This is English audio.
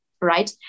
right